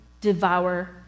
devour